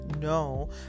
no